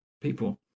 people